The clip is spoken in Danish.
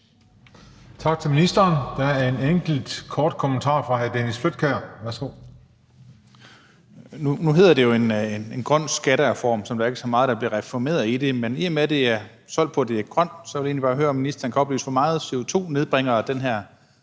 Tak til ministeren. Der er en enkelt kort bemærkning fra hr. Dennis Flydtkjær. Værsgo. Kl. 16:29 Dennis Flydtkjær (DF): Nu hedder det jo en grøn skattereform, selv om der ikke er så meget, der bliver reformeret i den, men da den er solgt på, at den er grøn, vil jeg egentlig bare høre, om ministeren kan oplyse: Hvor meget CO2 nedbringer den her